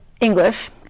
English